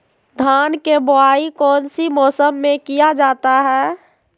धान के बोआई कौन सी मौसम में किया जाता है?